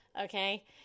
okay